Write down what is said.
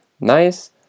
nice